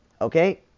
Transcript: okay